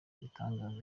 bitanga